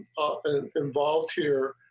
the involved here.